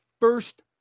first